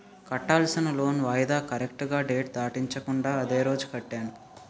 కట్టాల్సిన లోన్ వాయిదా కరెక్టుగా డేట్ దాటించకుండా అదే రోజు కట్టాను